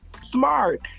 Smart